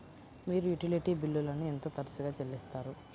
మీరు యుటిలిటీ బిల్లులను ఎంత తరచుగా చెల్లిస్తారు?